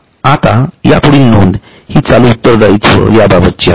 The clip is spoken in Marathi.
आता पुढील नोंद हि चालू उत्तरदायीत्व या बाबतची आहे